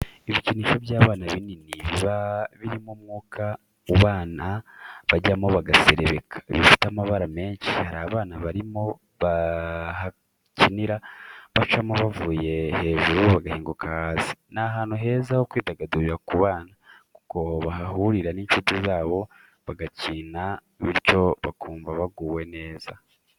Ibikinisho by'abana binini biba birimo umwuka abana bajyamo bagaserebeka, bifite amabara menshi, hari abana barimo bahakinira, bacamo bavuye hejuru bagahinguka hasi. Ni ahantu heza ho kwidagadurira ku bana, kuko bahahurira n'inshuti zabo bagakina bityo bakumva baguwe neza.